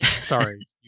Sorry